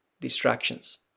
distractions